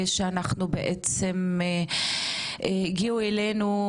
שאנחנו בעצם הגיעו אלינו,